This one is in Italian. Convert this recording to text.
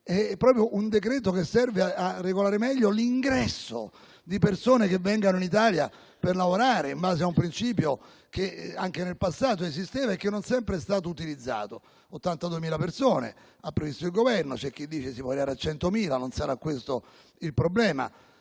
i flussi e serve a regolare meglio l'ingresso di persone che vengono in Italia per lavorare, in base a un principio che anche nel passato esisteva e che non sempre è stato adottato. Il Governo ha previsto 82.000 persone, ma c'è chi dice che si può arrivare a 100.000: non sarà questo il problema,